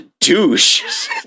douche